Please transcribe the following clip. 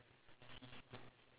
remember